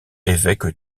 évêque